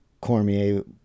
Cormier